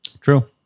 True